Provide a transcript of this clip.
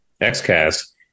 X-Cast